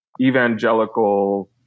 evangelical